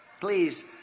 please